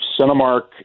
Cinemark